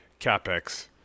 CapEx